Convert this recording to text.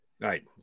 Right